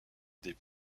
des